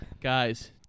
Guys